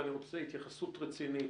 ואני רוצה התייחסות רצינית.